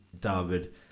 david